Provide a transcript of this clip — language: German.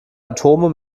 atome